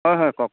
হয় হয় কওক